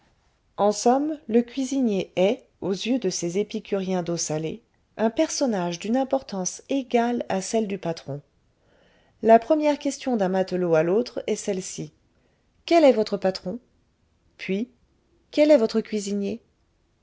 en somme le cuisinier est aux yeux de ces épicuriens d'eau salée un personnage d'une importance égale à celle du patron la première question d'un matelot à l'autre est celle-ci quel est votre patron puis quel est votre cuisinier